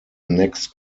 next